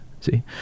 See